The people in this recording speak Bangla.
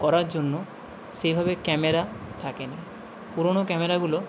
করার জন্য সেইভাবে ক্যামেরা থাকেনি পুরোনো ক্যামেরাগুলো